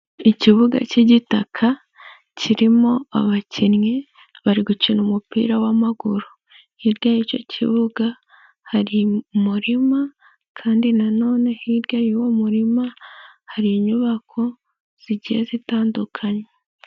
Ikibuga cy'igitaka kirimo abakinnyi, bari gukina umupira w'amaguru, hirya y'icyo kibuga hari umurima kandi nanone hirya y'uwo murima hari inyubako zigiye zitandukanye.